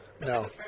No